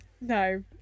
no